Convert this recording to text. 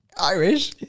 Irish